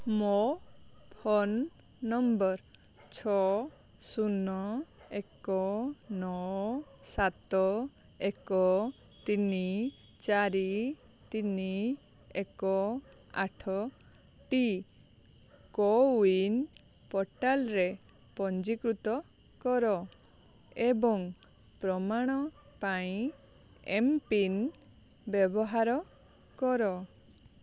ମୋ phone number ଛଅ ଶୂନ ଏକ ନଅ ସାତ ଏକ ତିନି ଚାରି ତିନି ଏକ ଆଠଟି କୋୱିନ୍ ପୋର୍ଟାଲରେ ପଞ୍ଜୀକୃତ କର ଏବଂ ପ୍ରମାଣ ପାଇଁ ଏମ୍ପିନ୍ ବ୍ୟବହାର କର